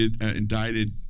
indicted